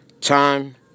Time